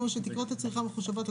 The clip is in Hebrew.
הפעילות החולים מאז התחילה הקורונה,